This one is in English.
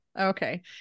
Okay